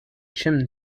chin